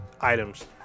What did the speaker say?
items